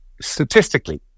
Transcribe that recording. statistically